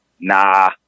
nah